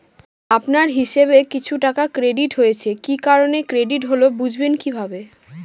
আপনার হিসাব এ কিছু টাকা ক্রেডিট হয়েছে কি কারণে ক্রেডিট হল বুঝবেন কিভাবে?